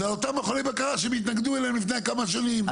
זה אותם מכוני בקרה שהם התנגדו אליהם לפני כמה שנים,